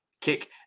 kick